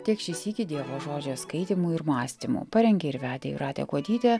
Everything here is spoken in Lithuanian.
tiek šį sykį dievo žodžio skaitymų ir mąstymų parengė ir vedė jūratė kuodytė